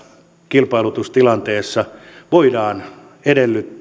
kilpailutustilanteessa voidaan edellyttää